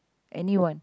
anyone